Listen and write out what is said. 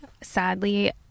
sadly